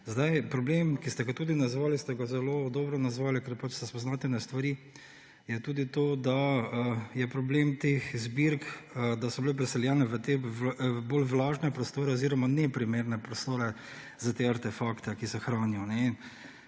Problem, ki ste ga tudi naslovili, ste ga zelo dobro naslovili, ker se spoznate na stvari, je tudi to, da je problem teh zbirk, da so bile preseljene v bolj vlažne prostore oziroma neprimerne prostore za te artefakte, ki se hranijo.